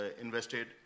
invested